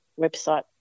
website